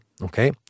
okay